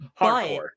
Hardcore